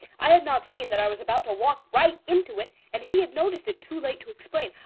i had not seen that i was about to walk right into it, and he had noticed it too late to explain.